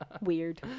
weird